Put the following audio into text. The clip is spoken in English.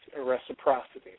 reciprocity